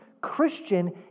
Christian